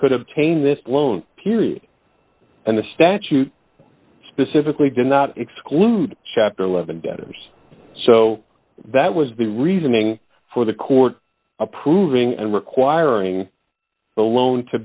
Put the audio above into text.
could obtain this loan period and the statute specifically did not exclude chapter eleven debtors so that was the reasoning for the court approving and requiring the loan to